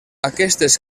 aquestes